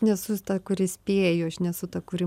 nesu ta kuri spėju aš nesu ta kuri